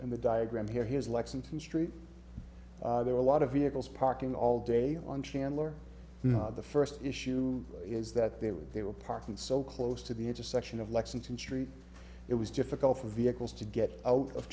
and the diagram here here's lexington street there are a lot of vehicles parking all day on chandler the first issue is that they were they were parking so close to the intersection of lexington street it was difficult for vehicles to get out of